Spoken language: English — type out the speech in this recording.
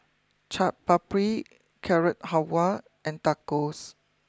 Chaat Papri Carrot Halwa and Tacos